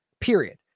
Period